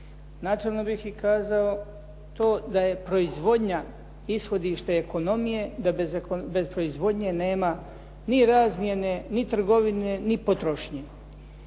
Načelno bih i kazao to da je proizvodnja ishodište ekonomije, da bez proizvodnje nema ni razmjene, ni trgovine ni potrošnje.